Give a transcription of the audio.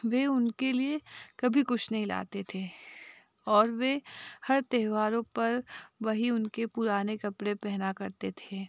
वे उनके लिए कभी कुछ नहीं लाते थे और वे हर त्योहारों पर वही उनके पुराने कपड़े पहना करते थे